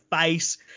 face